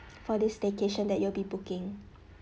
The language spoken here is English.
for this staycation that you will be booking